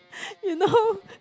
you know